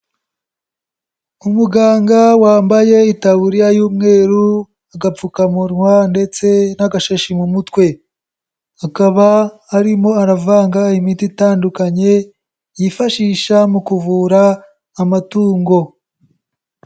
Umuganga wambaye itaburiya y'umweru, agapfukamunwa ndetse n'agashashi mu mutwe, akaba arimo aravanga imiti itandukanye yifashisha mu kuvura amatungo.